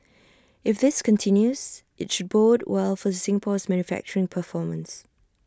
if this continues IT should bode well for Singapore's manufacturing performance